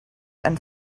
and